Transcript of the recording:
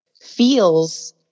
feels